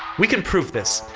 we can prove this.